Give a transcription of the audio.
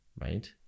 right